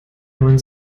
neuen